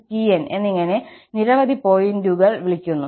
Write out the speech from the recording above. tn എന്നിങ്ങനെ നിരവധി പോയിന്റുകൾ വിളിക്കുന്നു